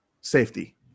safety